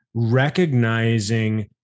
recognizing